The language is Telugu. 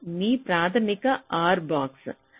ఇది మీ ప్రాథమిక R బాక్స